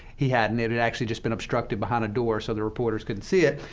he hadn't. it had actually just been obstructed behind a door, so the reporters couldn't see it.